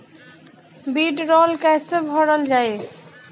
वीडरौल कैसे भरल जाइ?